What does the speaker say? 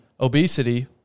obesity